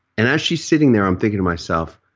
and she's sitting there i'm thinking to myself,